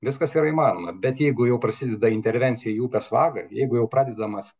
viskas yra įmanoma bet jeigu jau prasideda intervencija į upės vagą jeigu jau pradedamas